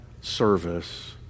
service